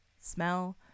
Smell